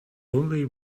only